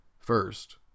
first